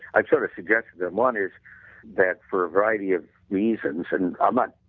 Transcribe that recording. i sort of suggest that one is that for a variety of reasons and, i'm not